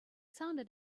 sounded